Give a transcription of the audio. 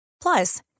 Plus